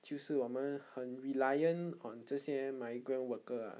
就是我们很 reliant on 这些 migrant worker ah